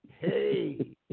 Hey